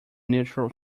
neutral